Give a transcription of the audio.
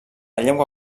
llengua